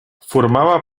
formava